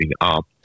up